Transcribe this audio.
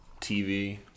TV